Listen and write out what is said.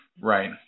Right